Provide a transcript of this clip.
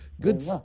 good